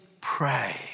pray